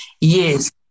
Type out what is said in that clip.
Yes